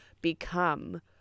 become